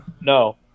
No